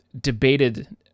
debated